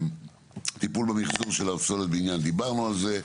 טיפול במחזור של פסולת בניין דיברנו על זה.